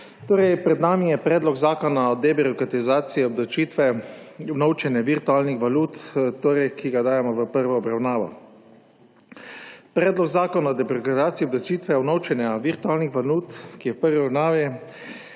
Pred nami je Predlog zakona o debirokratizaciji obdavčitve unovčenja virtualnih valut, ki ga dajemo v prvo obravnavo. Predlog zakona o debirokratizaciji obdavčitve unovčenja virtualnih valut, ki je v prvi obravnavi,